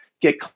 get